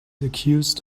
accused